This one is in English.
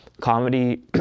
comedy